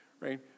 Right